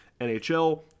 NHL